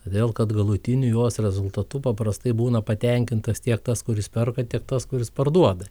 todėl kad galutiniu juos rezultatu paprastai būna patenkintas tiek tas kuris perka tiek tas kuris parduoda